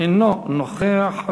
אינו נוכח.